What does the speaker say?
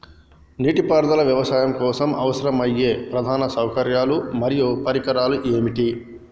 నీటిపారుదల వ్యవసాయం కోసం అవసరమయ్యే ప్రధాన సౌకర్యాలు మరియు పరికరాలు ఏమిటి?